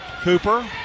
Cooper